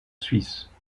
suisse